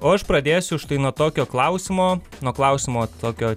o aš pradėsiu štai nuo tokio klausimo nuo klausimo tokio